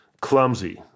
clumsy